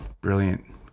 Brilliant